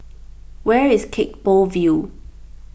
where is Gek Poh Ville